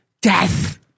death